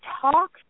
talk